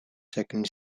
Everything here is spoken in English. second